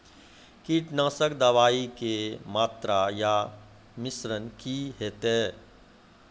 कीटनासक दवाई के मात्रा या मिश्रण की हेते?